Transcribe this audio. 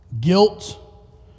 guilt